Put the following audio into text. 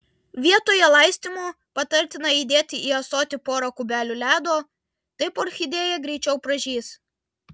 vietoje laistymo patartina įdėti į ąsotį pora kubelių ledo taip orchidėja greičiau pražys